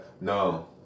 No